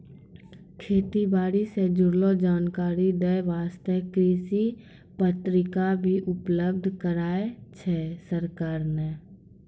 खेती बारी सॅ जुड़लो जानकारी दै वास्तॅ कृषि पत्रिका भी उपलब्ध कराय छै सरकार नॅ